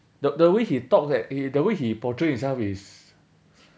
the the way talks like the way he portrays himself is